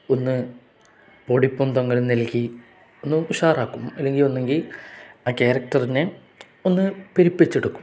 ഒന്ന് പൊടിപ്പും തൊങ്ങലും നൽകി ഒന്ന് ഉഷാറാക്കും അല്ലെങ്കിൽ ഒന്നുകിൽ ആ ക്യാരക്ടറിനെ ഒന്ന് പെരുപ്പിച്ചെടുക്കും